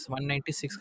196